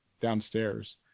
downstairs